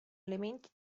elementi